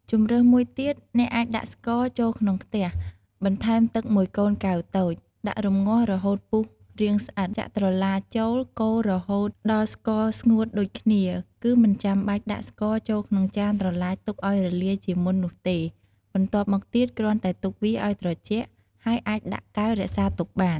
ជម្រើសមួយទៀត អ្នកអាចដាក់ស្ករចូលក្នុងខ្ទះ បន្ថែមទឹកមួយកូនកែវតូច ដាក់រំងាស់រហូតពុះរាងស្អិត ចាក់ត្រឡាចចូលកូររហូតដល់ស្ករស្ងួតដូចគ្នា គឺមិនចាំបាច់ដាក់ស្ករ ចូលក្នុងចានត្រឡាចទុកឱ្យរលាយជាមុននោះទេ បន្ទាប់មកទៀតគ្រាន់តែទុកវាឱ្យត្រជាក់ ហើយអាចដាក់កែវរក្សាទុកបាន។